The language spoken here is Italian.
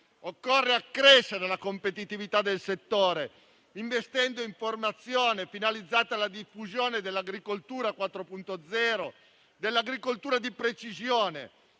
occorre accrescere la competitività del settore, investendo in formazione finalizzata alla diffusione dell'agricoltura 4.0, dell'agricoltura di precisione,